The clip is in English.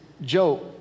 Joe